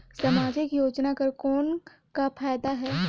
समाजिक योजना कर कौन का फायदा है?